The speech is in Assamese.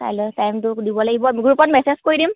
কাইলৈ টাইমটো দিব লাগিব গ্ৰুপত মেছেজ কৰি দিম